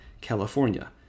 California